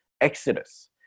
exodus